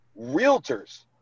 realtors